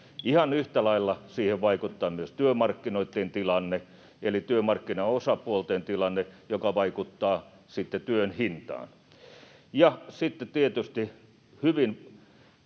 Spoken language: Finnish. Ihan yhtä lailla siihen vaikuttaa myös työmarkkinoitten tilanne eli työmarkkinaosapuolten tilanne, joka vaikuttaa sitten työn hintaan. Ja sitten tietysti hyvin,